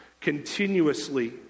continuously